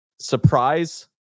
surprise